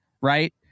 Right